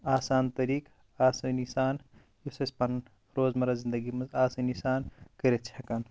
آسان طٔریٖق آسٲنی سان یُس أسۍ پَنُن روز مَرَہ زندگی منٛز آسٲنی سان کٔرِتھ چھِ ہیکان